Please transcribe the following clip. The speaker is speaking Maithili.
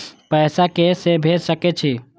पैसा के से भेज सके छी?